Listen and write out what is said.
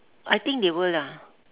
I think they will ah